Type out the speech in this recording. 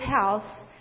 house